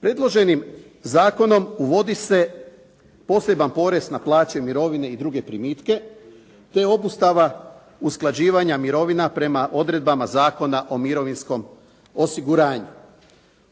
Predloženim zakonom uvodi se poseban porez na plaće i mirovine i druge primitke, te obustava usklađivanja mirovina prema odredbama Zakona o mirovinskom osiguranju.